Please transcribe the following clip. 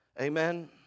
Amen